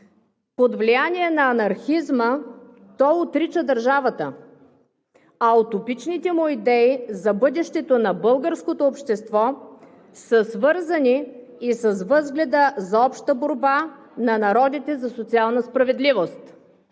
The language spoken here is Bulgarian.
„Под влияние на анархизма той отрича държавата, а утопичните му идеи за бъдещето на българското общество са свързани и с възгледа за обща борба на народите за социална справедливост.“